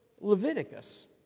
Leviticus